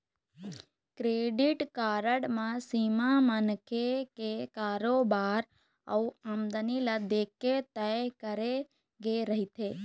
credit card म सीमा मनखे के कारोबार अउ आमदनी ल देखके तय करे गे रहिथे